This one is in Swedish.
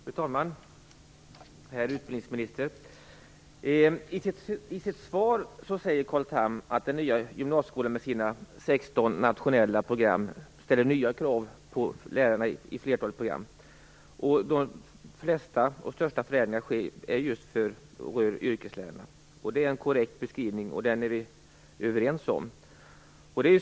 Fru talman! Herr utbildningsminister! I sitt svar säger Carl Tham att den nya gymnasieskolan med sina 16 nationella program ställer nya krav på lärarna i flertalet program. De flesta och största förändringarna rör just yrkeslärarna. Det är en korrekt beskrivning och den är vi överens om.